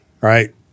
right